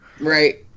right